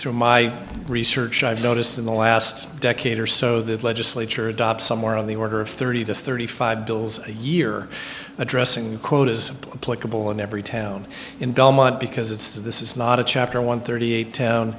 through my research i've noticed in the last decade or so the legislature adopts somewhere on the order of thirty to thirty five bills a year addressing the quotas pleasurable in every town in belmont because it's this is not a chapter one thirty eight town